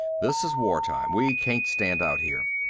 this is war time. we can't stand out here.